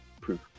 proof